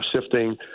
shifting